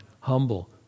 humble